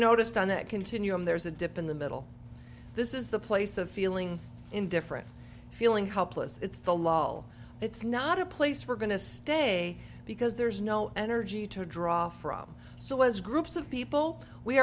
noticed on that continuum there's a dip in the middle this is the place of feeling indifferent feeling helpless it's the law well it's not a place we're going to stay because there's no energy to draw from so was groups of people we